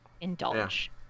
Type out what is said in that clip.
indulge